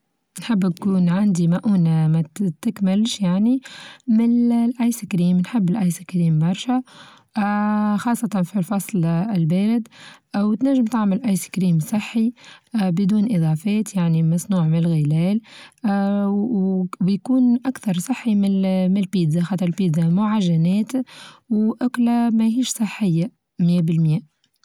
حابة تكون عندي مؤونة ما تتكملش يعني من الآيس كريم نحب الآيس كريم برشا، آآ خاصة في فصل البيد، أو تنچم تعمل آيس كريم صحي آآ بدون إضافات يعني مصنوع من الغلال آآ وبيكون أكثر صحي من البيتزا خاطر البيتزا معجنات وأكلة ماهيش صحية مية بالمية.